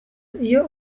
iyo